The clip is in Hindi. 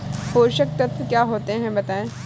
पोषक तत्व क्या होते हैं बताएँ?